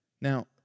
Now